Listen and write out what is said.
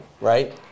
right